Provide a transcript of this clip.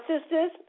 sisters